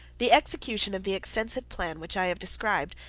the execution of the extensive plan which i have described,